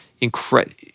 incredible